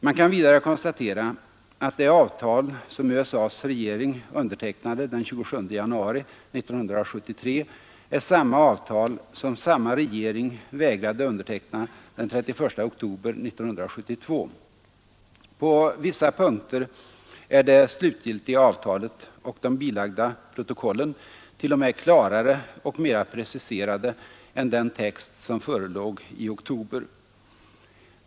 Man kan vidare konstatera att det avtal som USA:s regering undertecknade den 27 januari 1973 är samma avtal som samma regering vägrade underteckna den 31 oktober 1972. På vissa punkter är det slutgiltiga avtalet och de bilagda protokollen t.o.m. klarare och mera preciserade än den text som förelåg i oktober.